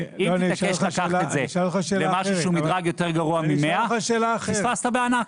לקחת את זה למשהו שהוא מדרג יותר גבוה מ-100 פספסת בענק.